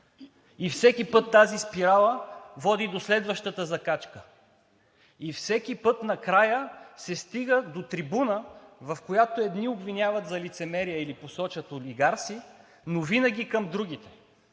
и всеки път тази спирала води до следващата закачка. И всеки път накрая се стига до трибуната, в която едни обвиняват в лицемерие или посочват олигарси, но винаги към другите,